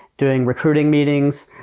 doing recruiting meetings,